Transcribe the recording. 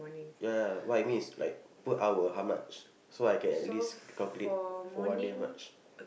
ya ya what I mean is like per hour how much so like I can at least calculate for one day how much